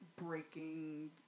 breaking